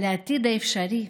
על העתיד האפשרי,